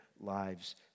lives